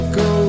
go